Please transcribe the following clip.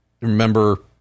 Remember